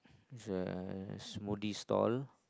show like a smoothie door